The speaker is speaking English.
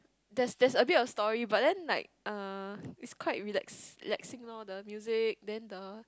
there's there's a bit of story but then like uh is quite relax relaxing loh the music then the